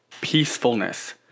peacefulness